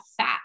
fat